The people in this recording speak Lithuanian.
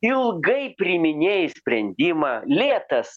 ilgai priiminėji sprendimą lėtas